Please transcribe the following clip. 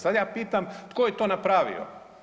Sada ja pitam tko je to napravio?